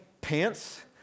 pants